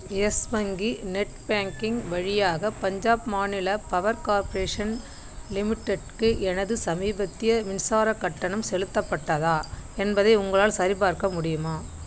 yes வங்கி net banking வழியாக பஞ்சாப் மாநில பவர் கார்ப்பரேஷன் லிமிடெட்க்கு எனது சமீபத்திய மின்சாரக் கட்டணம் செலுத்தப்பட்டதா என்பதை உங்களால் சரிபார்க்க முடியுமா